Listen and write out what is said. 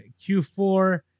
Q4